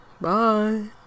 Bye